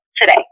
today